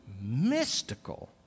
mystical